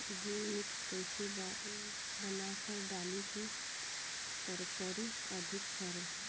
जीवमृत कईसे बनाकर डाली की तरकरी अधिक फरे?